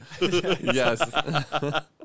Yes